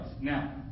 Now